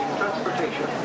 transportation